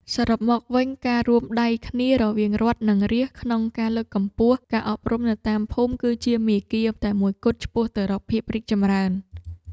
សរុបមកវិញ ការរួមដៃគ្នារវាងរដ្ឋនិងរាស្ត្រក្នុងការលើកកម្ពស់ការអប់រំនៅតាមភូមិ គឺជាមាគ៌ាតែមួយគត់ឆ្ពោះទៅរកភាពរីកចម្រើន។